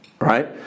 Right